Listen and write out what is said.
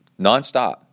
nonstop